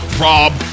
Rob